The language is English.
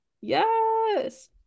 Yes